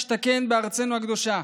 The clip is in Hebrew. להגיע הנה להשתכן בארצנו הקדושה.